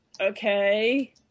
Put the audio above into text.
okay